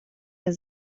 der